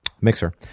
mixer